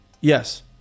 Yes